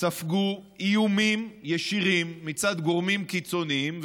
ספגו איומים ישירים מצד גורמים קיצוניים,